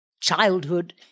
childhood